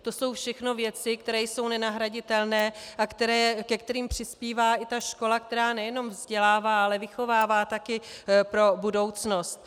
To jsou všechno věci, které jsou nenahraditelné a ke kterým přispívá i ta škola, která nejenom vzdělává, ale vychovává taky pro budoucnost.